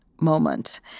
moment